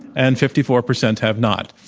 and fifty four percent have not.